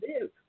live